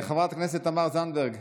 חברת הכנסת תמר זנדברג,